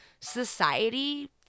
society